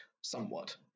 somewhat